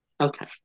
Okay